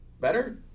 Better